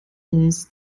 uns